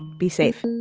be safe. and